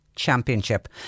Championship